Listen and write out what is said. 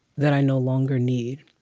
that i no longer need?